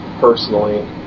personally